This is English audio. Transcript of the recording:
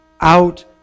out